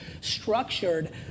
structured